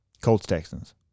Colts-Texans